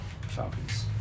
Falcons